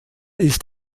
ist